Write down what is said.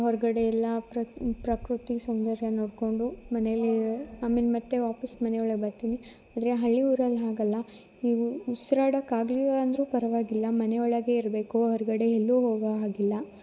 ಹೊರಗಡೆಯೆಲ್ಲ ಪ್ರಕ್ ಪ್ರಕೃತಿ ಸೌಂದರ್ಯ ನೋಡಿಕೊಂಡು ಮನೆಯಲ್ಲೇ ಆಮೇಲೆ ಮತ್ತು ವಾಪಸ್ ಮನೆಯೊಳಗೆ ಬರ್ತಿನಿ ಆದರೆ ಹಳ್ಳಿ ಊರಲ್ಲಿ ಹಾಗಲ್ಲ ಉಸ್ರಾಡೋಕ್ ಆಗಲಿಲ್ಲಾಂದ್ರು ಪರವಾಗಿಲ್ಲ ಮನೆಯೊಳಗೇ ಇರಬೇಕು ಹೊರಗಡೆ ಎಲ್ಲು ಹೋಗೋ ಹಾಗಿಲ್ಲ